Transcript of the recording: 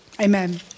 Amen